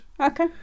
okay